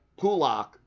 Pulak